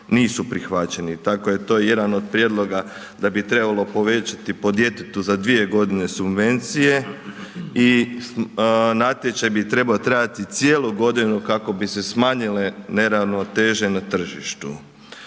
nisu prihvaćeni. Tako je to i jedan od prijedloga da bi trebalo povećati po djetetu za 2 godine subvencije i natječaj bi trebao trajati cijelu godinu kako bi se smanjile neravnoteže na tržištu.